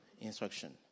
instruction